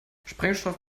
sprengstoff